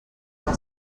que